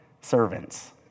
servants